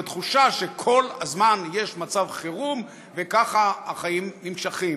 בתחושה שכל הזמן יש מצב חירום וכך החיים נמשכים.